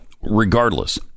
regardless